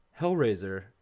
Hellraiser